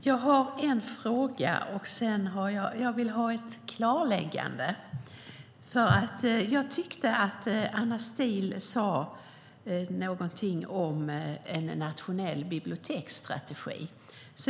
Herr talman! Jag skulle vilja ha ett klarläggande. Jag tyckte att Anna Steele sade någonting om en nationell biblioteksstrategi.